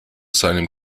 seinem